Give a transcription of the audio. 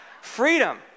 Freedom